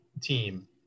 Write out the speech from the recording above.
team